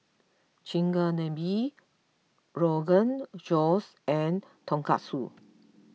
Chigenabe Rogan Josh and Tonkatsu